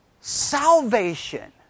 salvation